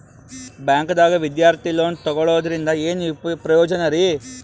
ಬ್ಯಾಂಕ್ದಾಗ ವಿದ್ಯಾರ್ಥಿ ಲೋನ್ ತೊಗೊಳದ್ರಿಂದ ಏನ್ ಪ್ರಯೋಜನ ರಿ?